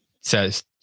says